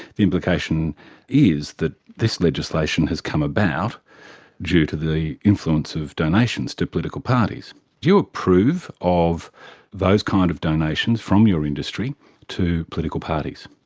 the implication is that this legislation has come about due to the influence of donations to political parties. do you approve of those kind of donations from your industry to political parties?